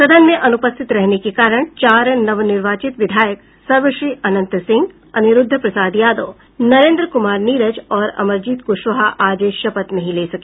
सदन में अनुपस्थित रहने के कारण चार नवनिर्वाचित विधायक सर्वश्री अनंत सिंह अनिरुद्ध प्रसाद यादव नरेंद्र कुमार नीरज और अमरजीत कुशवाहा आज शपथ नहीं ले सके